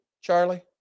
Charlie